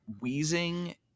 Weezing